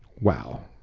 wow.